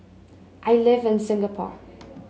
I live in Singapore